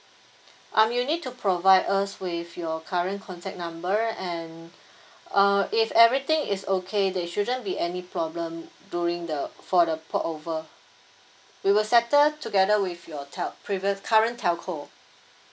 um you need to provide us with your current contact number and uh if everything is okay there shouldn't be any problem during the for the port over we will settle together with your tel~ previous current telco